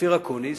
אופיר אקוניס,